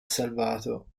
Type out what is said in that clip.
salvato